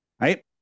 right